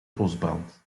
bosbrand